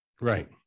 right